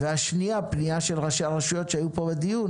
השאלה השנייה היא פנייה של ראשי הרשויות שהיו פה בדיון